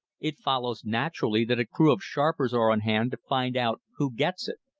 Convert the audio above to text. it follows naturally that a crew of sharpers are on hand to find out who gets it.